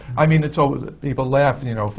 i mean, and so the but laugh, you know,